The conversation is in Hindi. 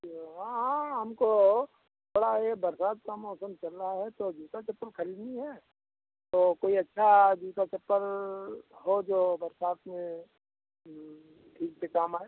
हाँ हाँ हमको थोड़ा ये बरसात का मौसम चल रहा है तो जूता चप्पल खरीदनी है तो कोई अच्छा जूता चप्पल हो जाे बरसात में ठीक से काम आए